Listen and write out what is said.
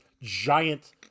giant